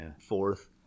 fourth